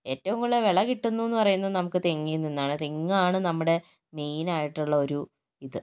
ഏറ്റവും കൂടുതൽ വിള കിട്ടുന്നു എന്ന് പറയുന്നത് നമുക്ക് തെങ്ങിൽ നിന്നാണ് തെങ്ങാണ് നമ്മുടെ മെയിൻ ആയിട്ടുള്ള ഒരു ഇത്